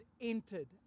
entered